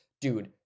dude